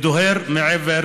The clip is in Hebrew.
הדוהר מעבר